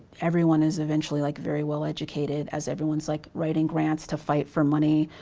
everyone is eventually like very well educated as everyone's like writing grants to fight for money.